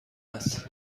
است